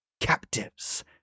Captives